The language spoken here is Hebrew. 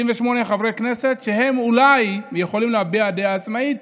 98 חברי כנסת שהם אולי יכולים להביע דעה עצמאית,